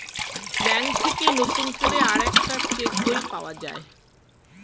bank থেকে নতুন করে আরেকটা চেক বই পাওয়া যায়